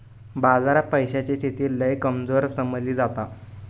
बाजारात पैशाची स्थिती लय कमजोर समजली जाता